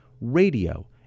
Radio